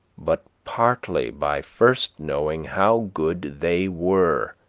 but partly by first knowing how good they were.